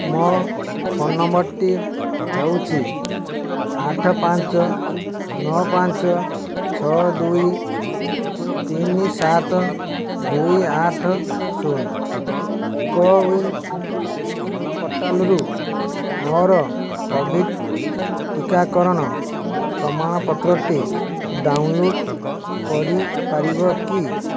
ମୋ ଫୋନ୍ ନମ୍ବର୍ଟି ହେଉଛି ଆଠ ପାଞ୍ଚ ନଅ ପାଞ୍ଚ ଛଅ ଦୁଇ ତିନି ସାତ ଦୁଇ ଆଠ ଶୂନ୍ କୋୱିନ୍ ପୋର୍ଟାଲ୍ରୁ ମୋର କୋଭିଡ଼୍ ଟୀକାକରଣ ପ୍ରମାଣ ପତ୍ରଟି ଡାଉନ୍ଲୋଡ଼୍ କରିପାରିବ କି